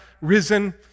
risen